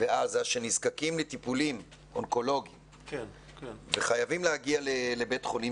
בעזה שנזקקים לטיפולים אונקולוגיים וחייבים להגיע לבית חולים